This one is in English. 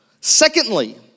Secondly